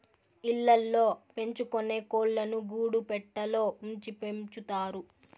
ఇళ్ళ ల్లో పెంచుకొనే కోళ్ళను గూడు పెట్టలో ఉంచి పెంచుతారు